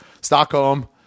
Stockholm